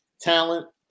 talent